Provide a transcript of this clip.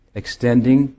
extending